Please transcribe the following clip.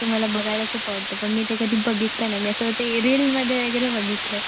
ते मला बघायला खूप आवडतं पण मी ते कधी बघितलं नाही मी असं ते रीलमध्ये वगैरे बघितलं आहे